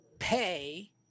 pay